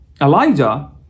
Elijah